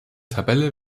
tabelle